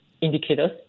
indicators